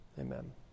Amen